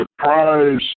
surprise